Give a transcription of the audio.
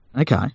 Okay